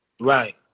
Right